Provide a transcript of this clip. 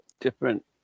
different